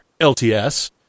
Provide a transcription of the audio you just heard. LTS